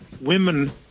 women